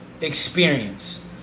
experience